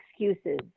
excuses